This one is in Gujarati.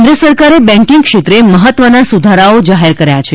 કેન્દ્ર સરકારે બેન્કીંગક્ષેત્રે મહત્વના સુધારાઓ જાહેર કર્યા છે